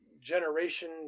generation